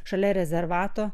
šalia rezervato